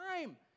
time